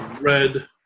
red